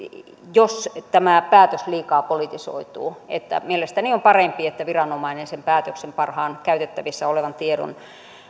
jos tämä päätös liikaa politisoituu mielestäni on parempi että viranomainen sen päätöksen parhaan käytettävissä olevan tiedon